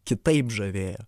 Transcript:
kitaip žavėjo